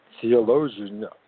Theologian